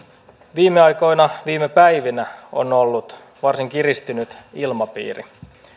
viime aikoina viime päivinä on ollut varsin kiristynyt ilmapiiri